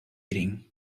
eating